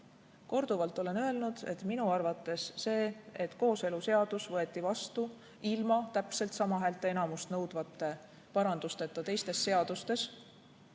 Korduvalt olen öelnud, et minu arvates see, et kooseluseadus võeti vastu ilma täpselt sama häälteenamust nõudvate parandusteta teistes seadustes,